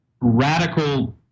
radical